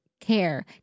care